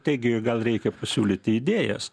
taigi gal reikia pasiūlyti idėjas